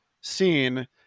seen